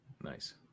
Nice